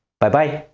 bye-bye!